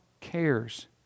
cares